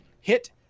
Hit